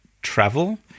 Travel